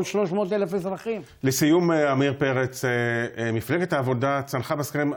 לכן אני רוצה להודות קודם כול לחבר הכנסת יעקב מרגי,